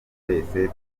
twese